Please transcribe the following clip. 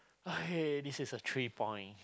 okay this is a three point